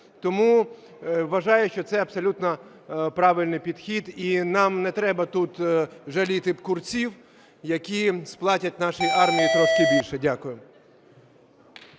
тому вважаю, що це абсолютно правильний підхід, і нам не треба тут жаліти курців, які сплатять нашій армії трошки більше. Дякую.